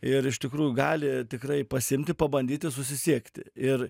ir iš tikrųjų gali tikrai pasiimti pabandyti susisiekti ir